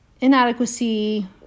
inadequacy